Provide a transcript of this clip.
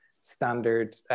standard